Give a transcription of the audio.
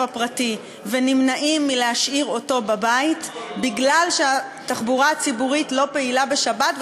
הפרטי ונמנעים מלהשאיר אותו בבית כי התחבורה הציבורית לא פעילה בשבת,